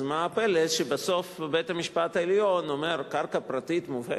מה הפלא שבסוף בית-המשפט העליון אומר: קרקע פרטית מובהקת,